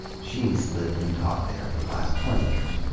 she's lived and taught there for the last twenty years.